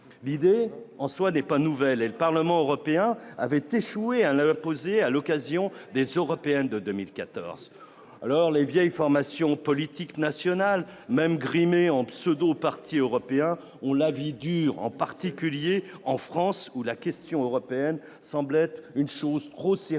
l'idée en soi des bonnes nouvelles et le Parlement européen avait échoué à la poser à l'occasion des européennes de 2014 alors la vieille formation politique nationale même grimée en pseudo-partis européens ont la vie dure, en particulier en France où la question européenne semble être une chose pro-sérieuse